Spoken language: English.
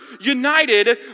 united